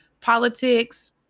politics